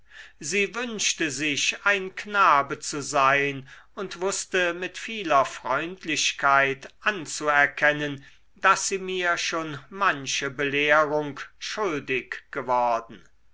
sie wünschte sich ein knabe zu sein und wußte mit vieler freundlichkeit anzuerkennen daß sie mir schon manche belehrung schuldig geworden